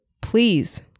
please